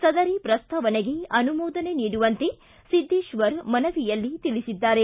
ಸದರಿ ಪ್ರಸ್ತಾವನೆಗೆ ಅನುಮೋದನೆ ನೀಡುವಂತೆ ಸಿದ್ದೇಶ್ವರ್ ಮನವಿಯಲ್ಲಿ ತಿಳಿಸಿದ್ದಾರೆ